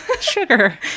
sugar